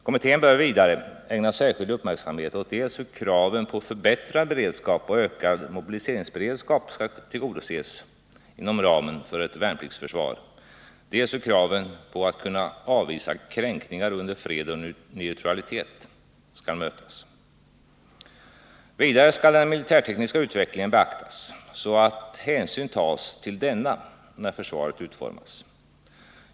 Kommittén bör vidare ägna särskild uppmärksamhet åt dels hur kraven på förbättrad beredskap och ökad mobiliseringsberedskap skall tillgodoses inom ramen för ett värnpliktsförsvar, dels hur kraven på att kunna avvisa kränkningar under fred och neutralitet skall mötas. Vidare skall den militärtekniska utvecklingen beaktas så att hänsyn tas till denna när försvaret utformas.